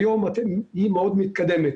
היום היא מאוד מתקדמת